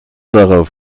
darauf